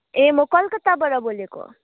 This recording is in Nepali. ए म कलकत्ताबाट बोलेको